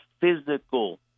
physical